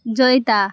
Joyita